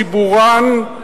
חיבורן,